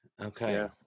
Okay